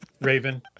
Raven